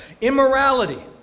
Immorality